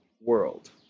world